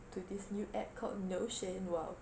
to this new app called notion !wow!